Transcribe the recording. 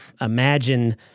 imagine